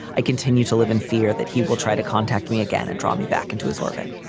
i continue to live in fear that he will try to contact me again and draw me back into his orbit.